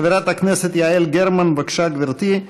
חברת הכנסת יעל גרמן, בבקשה, גברתי.